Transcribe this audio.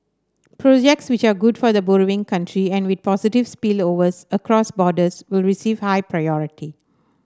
projects which are good for the borrowing country and with positive spillovers across borders will receive high priority